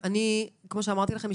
כמו שאמרתי לכם,